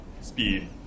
speed